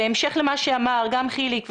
בהמשך למה שאמר חיליק,